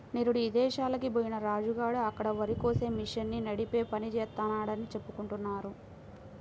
నిరుడు ఇదేశాలకి బొయ్యిన రాజు గాడు అక్కడ వరికోసే మిషన్ని నడిపే పని జేత్తన్నాడని చెప్పుకుంటున్నారు